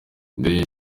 indege